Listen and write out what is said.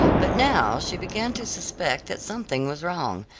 but now she began to suspect that something was wrong,